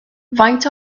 faint